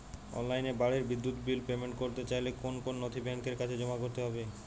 অনলাইনে বাড়ির বিদ্যুৎ বিল পেমেন্ট করতে চাইলে কোন কোন নথি ব্যাংকের কাছে জমা করতে হবে?